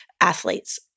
athletes